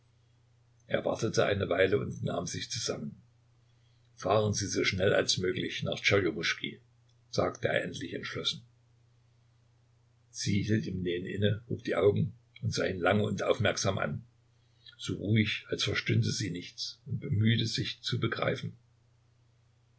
wartete eine weile und nahm sich zusammen fahren sie so schnell als möglich nach tscherjomuschki sagte er endlich entschlossen sie hielt im nähen inne hob die augen und sah ihn lange und aufmerksam an so ruhig als verstünde sie nichts und bemühte sich zu begreifen